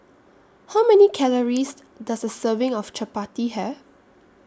How Many Calories Does A Serving of Chapati Have